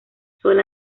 sola